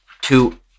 two